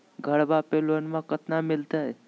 घरबा पे लोनमा कतना मिलते?